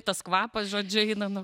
tas kvapas žodžiu eina nuo